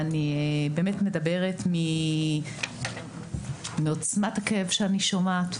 אני מדברת מעוצמת הכאב שאני שומעת,